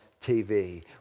TV